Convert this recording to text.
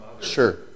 sure